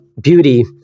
beauty